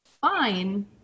fine